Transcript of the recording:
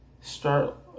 start